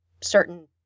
certain